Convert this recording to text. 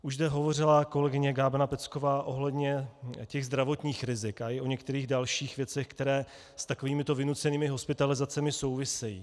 Už zde hovořila kolegyně Gábina Pecková ohledně těch zdravotních rizik a o některých dalších věcech, které s takovýmito vynucenými hospitalizacemi souvisejí.